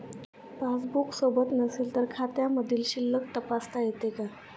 Passbook सोबत नसेल तर खात्यामधील शिल्लक तपासता येते का?